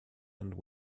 and